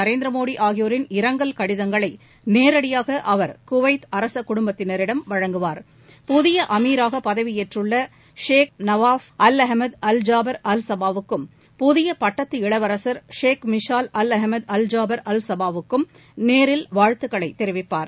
நரேந்திர மோடி ஆகியோரின் இரங்கல் கடிதங்களை நேரடியாக அவர் குவைத் அரச குடும்பத்தினரிடம் வழங்குவார் புதிய அமீராக பதவியேற்றுள்ள Sheikh Nawaf Al Ahmad Al Jaber Al சபாவுக்கும் புதிய பட்டத்து இளவரசர் Sheikh Mishal Al Ahmad Al Jaber Al Sabah வுக்கும் நேரில் வாழ்த்துக்களை தெரிவிப்பார்